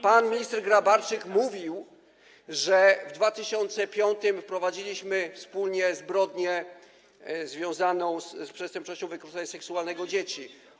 Pan Minister Grabarczyk mówił, że w 2005 r. wprowadziliśmy wspólnie zbrodnię związaną z przestępczością wykorzystania seksualnego dzieci.